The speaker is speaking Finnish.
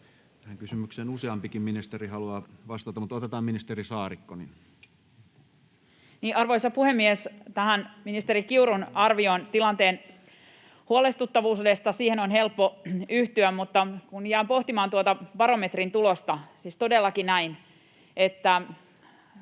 Tähän kysymykseen useampikin ministeri haluaa vastata, mutta otetaan ministeri Saarikko. Arvoisa puhemies! Tähän ministeri Kiurun arvioon tilanteen huolestuttavuudesta on helppo yhtyä. Kun jään pohtimaan tuota barometrin tulosta — siis todellakin näin, että